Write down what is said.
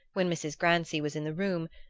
when mrs. grancy was in the room,